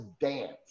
dance